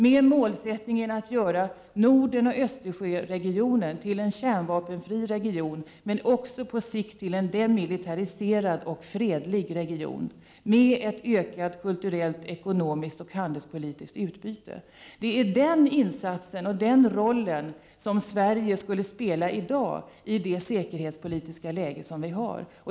Målet skall vara att göra Norden och Östersjöregionen till en kärnvapenfri zon och på sikt också till en demilitariserad och fredlig region med ett ökat ekonomiskt, kulturellt och handelspolitiskt utbyte. Det är den insatsen som Sverige bör göra och den roll som Sverige i dag bör spela i det säkerhetspolitiska läge vi har.